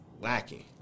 lacking